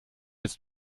jetzt